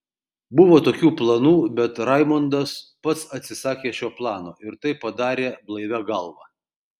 buvo tokių planų bet raimondas pats atsisakė šio plano ir tai padarė blaivia galva